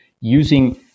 using